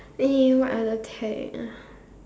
eh what other